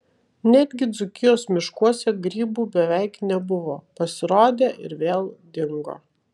netgi dzūkijos miškuose grybų beveik nebuvo pasirodė ir vėl dingo